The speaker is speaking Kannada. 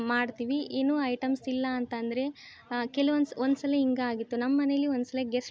ಮಾಡ್ತೀವಿ ಏನು ಐಟಮ್ಸ್ ಇಲ್ಲ ಅಂತ ಅಂದ್ರೆ ಕೆಲ್ವೊ ಒಂದು ಸಲ ಹಿಂಗೆ ಆಗಿತ್ತು ನಮ್ಮ ಮನೇಲಿ ಒಂದು ಸಲ ಗೆಸ್ಟ್